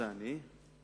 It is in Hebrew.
זה אני,